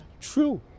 true